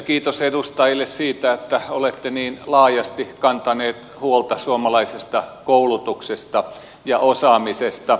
kiitos edustajille siitä että olette niin laajasti kantaneet huolta suomalaisesta koulutuksesta ja osaamisesta